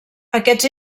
aquests